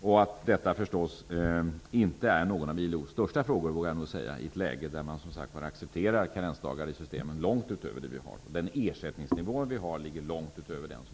Jag vågar nog säga att detta inte är någon av ILO:s största frågor, i ett läge där man accepterar karensdagar i systemen långt utöver det vi har. Den ersättningsnivå vi har ligger långt utöver den som